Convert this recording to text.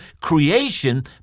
creation